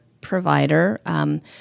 provider